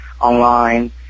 online